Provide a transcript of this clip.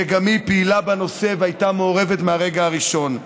שגם היא פעילה בנושא והייתה מעורבת מהרגע הראשון.